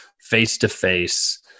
face-to-face